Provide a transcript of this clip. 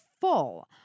full